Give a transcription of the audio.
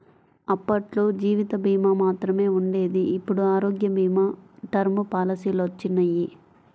అప్పట్లో జీవిత భీమా మాత్రమే ఉండేది ఇప్పుడు ఆరోగ్య భీమా, టర్మ్ పాలసీలొచ్చినియ్యి